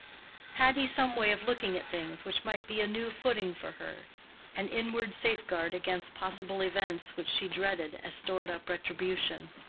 had he some way of looking at things which might be a new footing for her an inward safeguard against possible events which she dreaded as stored-up retribution?